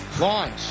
Launch